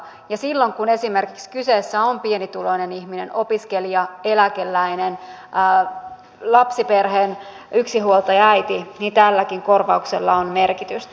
ja silloin kun kyseessä on pienituloinen ihminen opiskelija eläkeläinen lapsiperheen yksinhuoltajaäiti tälläkin korvauksella on merkitystä